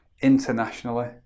internationally